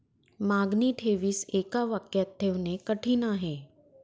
मागणी ठेवीस एका वाक्यात ठेवणे कठीण आहे